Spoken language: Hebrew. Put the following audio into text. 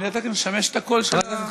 לשמש קול של הציבור.